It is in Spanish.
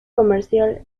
comercial